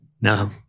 No